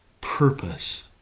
purpose